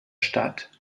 stadt